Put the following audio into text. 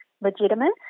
legitimate